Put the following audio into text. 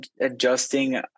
adjusting